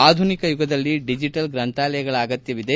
ಆಧುನಿಕ ಯುಗದಲ್ಲಿ ಡಿಜೆಟಲ್ ಗ್ರಂಥಾಲಯಗಳ ಅಗತ್ಯವಿದೆ